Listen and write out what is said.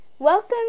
Welcome